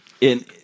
In-